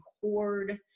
hoard